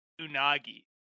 Unagi